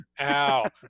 Ow